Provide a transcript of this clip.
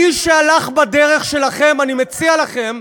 מי שהלך בדרך שלכם, אני מציע לכם,